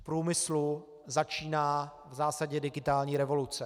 V průmyslu začíná v zásadě digitální revoluce.